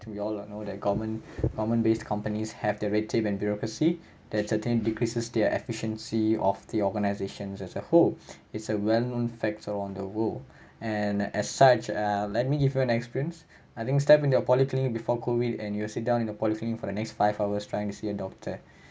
and you all will know that government government based companies have their red tape and bureaucracy that attain decreases their efficiency of the organizations as a whole is a well known facts around the world and as such ah let me give you an experience I think step in your polyclinic before COVID and you'll sit down in the polyclinic for the next five hours trying to see a doctor